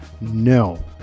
No